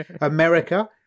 America